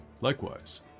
Likewise